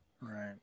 right